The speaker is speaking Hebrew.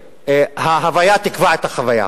ההוויה תקבע את החוויה.